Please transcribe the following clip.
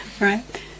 right